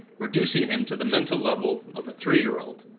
reducing him to the mental level of a three year old.